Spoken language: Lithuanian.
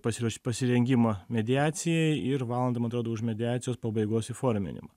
pasiruoš pasirengimą mediacijai ir valandą man atrodo už mediacijos pabaigos įforminimą